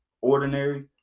ordinary